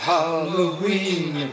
Halloween